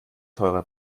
teure